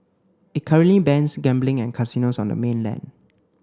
it currently bans gambling and casinos on the mainland